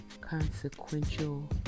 consequential